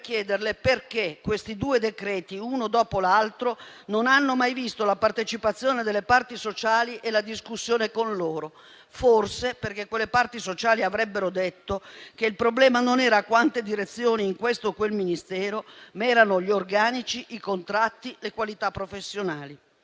chiederle perché questi due decreti-legge, uno dopo l'altro, non hanno mai visto la partecipazione delle parti sociali e la discussione con loro; forse perché quelle parti sociali avrebbero detto che il problema non era nel numero delle direzioni in questo o quel Mistero, ma negli organici, nei contratti, nelle qualità professionali.